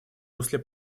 русле